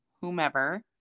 whomever